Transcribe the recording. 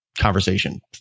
conversation